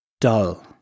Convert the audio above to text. dull